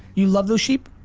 you love those sheep?